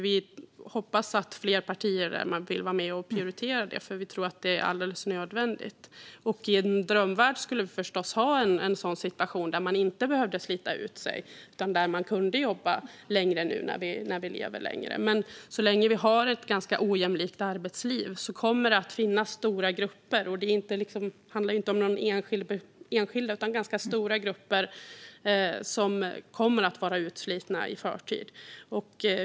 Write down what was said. Vi hoppas att fler partier vill vara med och prioritera det, för vi tror att det är alldeles nödvändigt. I en drömvärld skulle vi förstås ha en sådan situation där man inte behövde slita ut sig utan där man kunde jobba längre nu när vi lever längre. Men så länge vi har ett ganska ojämlikt arbetsliv kommer det att finnas ganska stora grupper - det handlar inte om någon enskild - som kommer att vara utslitna i förtid.